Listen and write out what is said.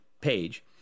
page